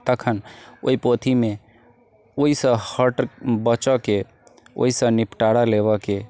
तखन ओइ पोथीमे ओइसँ हटै बचैके ओइसँ निपटारा लेबैके